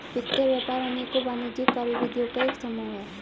वित्त व्यापार अनेकों वाणिज्यिक कार्यविधियों का एक समूह है